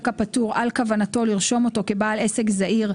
הפטור על כוונתו לרשום אתו כבעל עסק זעיר,